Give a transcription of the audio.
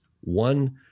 one